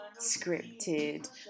scripted